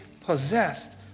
possessed